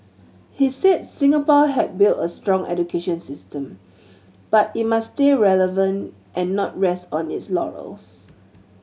he said Singapore had built a strong education system but it must stay relevant and not rest on its laurels